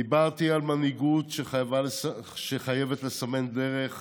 דיברתי על מנהיגות שחייבת לסמן דרך,